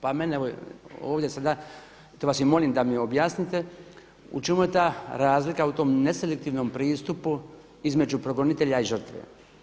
Pa mene ovdje sada, to vas i molim da mi objasnite u čemu je ta razlika u tom neselektivnom pristupu između progonitelja i žrtve.